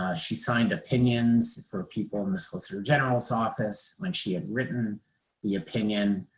ah she signed opinions for people in the solicitor general's office when she had written the opinion.